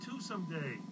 Someday